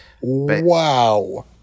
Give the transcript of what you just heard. Wow